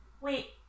wait